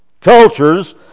cultures